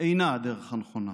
אינה הדרך הנכונה,